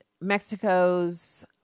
Mexico's